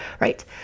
right